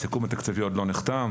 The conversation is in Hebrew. הסיכום התקציבי עוד לא נחתם,